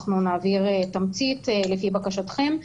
אנחנו נעביר תמצית לפי בקשתכם,